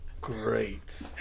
Great